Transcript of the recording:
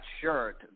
shirt